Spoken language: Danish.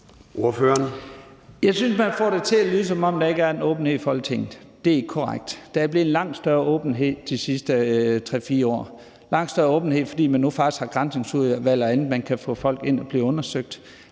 Jeg synes, man får det til at lyde, som om der ikke er åbenhed i Folketinget, og det er ikke korrekt. Der er blevet langt større åbenhed de sidste 3-4 år. Der er blevet langt større åbenhed, fordi man nu faktisk har et Granskningsudvalg og andet, så man kan få folk undersøgt.